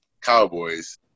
cowboys